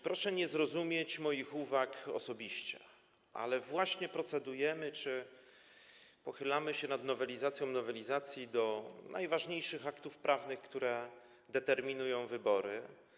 Proszę nie zrozumieć moich uwag osobiście, ale właśnie procedujemy czy pochylamy się nad nowelizacją nowelizacji do najważniejszych aktów prawnych, które determinują wybory.